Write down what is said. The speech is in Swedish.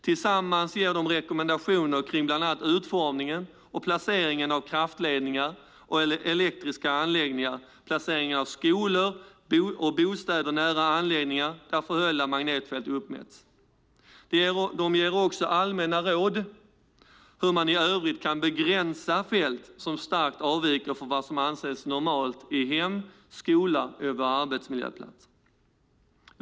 Tillsammans ger de rekommendationer kring bland annat utformningen och placeringen av kraftledningar och elektriska anläggningar samt placeringen av skolor och bostäder nära anläggningar där förhöjda magnetfält uppmätts. De ger också allmänna råd om hur man i övrigt kan begränsa fält som starkt avviker från vad som anses normalt i hem, skola och våra arbetsmiljöer.